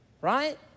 Right